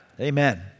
Amen